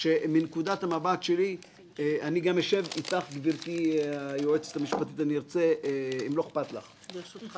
שמענו את אבי נשר, שמענו את